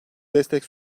destek